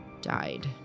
died